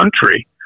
country